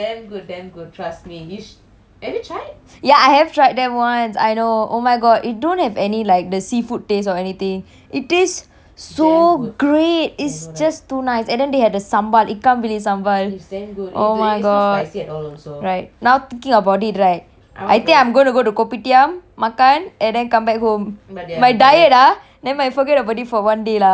ya I have tried them once I know oh my god it don't have any like the seafood taste or anything it tastes so great it's just too nice and then they have the sambal ikan bilis sambal oh my god right now thinking about it right I think I'm going to go to kopitiam makan and then come back home my diet ah nevermind forget about it for one day lah cheat day ah cheat day again